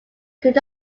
could